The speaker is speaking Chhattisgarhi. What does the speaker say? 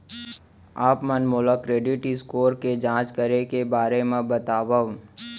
आप मन मोला क्रेडिट स्कोर के जाँच करे के बारे म बतावव?